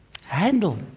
handle